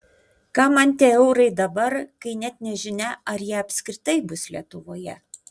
kam man tie eurai dabar kai net nežinia ar jie apskritai bus lietuvoje